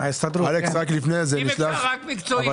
אם אפשר, רק מקצועי.